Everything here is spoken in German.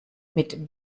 mit